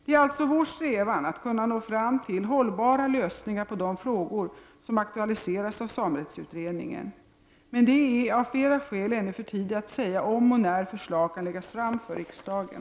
Det är alltså vår strävan att kunna nå fram till hållbara lösningar på de frågor som aktualiseras av samerättsutredningen, men det är av flera skäl ännu för tidigt att säga om och när ett förslag kan läggas fram för riksdagen.